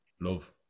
love